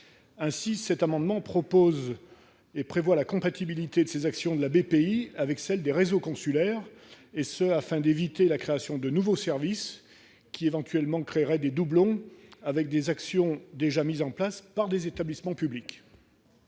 présent amendement tend à assurer la compatibilité des actions de Bpifrance avec celles des réseaux consulaires, afin d'éviter la création de nouveaux services qui pourraient créer des doublons avec les actions déjà mises en place par ces établissements publics.